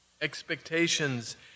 Expectations